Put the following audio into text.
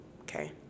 okay